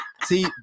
See